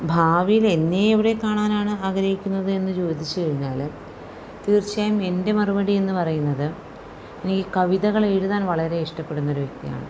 ഭാവിയിലെ എന്നെയവിടെ കാണാനാണ് ആഗ്രഹിക്കുന്നത് എന്ന് ചോദിച്ചു കഴിഞ്ഞാൽ തീർച്ചയായും എൻ്റെ മറുപടി എന്നു പറയുന്നത് എനിക്ക് കവിതകൾ എഴുതാൻ വളരെ ഇഷ്ടപ്പെടുന്നൊരു വ്യക്തിയാണ്